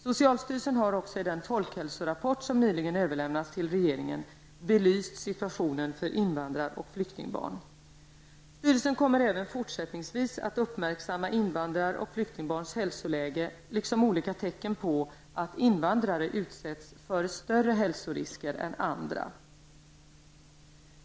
Socialstyrelsen har också i den folkhälsorapport som nyligen överlämnats till regeringen belyst situationen för invandrar och flyktingbarn. Styrelsen kommer även fortsättningsvis att uppmärksamma invandrar och flyktingbarns hälsoläge liksom olika tecken på att invandrare utsätts för större hälsorisker än andra.